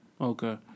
Okay